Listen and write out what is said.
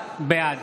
בעד